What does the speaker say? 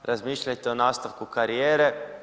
Razmišljajte o nastavku karijere.